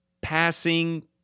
passing